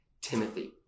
Timothy